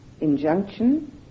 injunction